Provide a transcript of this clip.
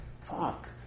Fuck